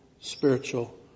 spiritual